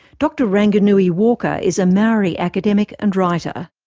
dr ranginui walker is a maori academic and writer.